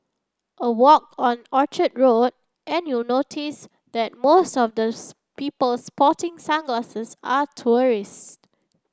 a walk on Orchard Road and you'll notice that most of the people sporting sunglasses are tourists